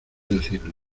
decirle